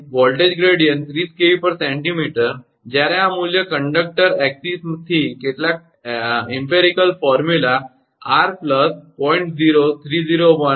તેથી voltage gradient 30 𝑘𝑉𝑐𝑚 જ્યારે આ મૂલ્ય કંડક્ટર અક્ષથી કેટલાક પ્રયોગમૂલક સૂત્ર 𝑟 0